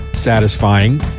satisfying